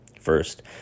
First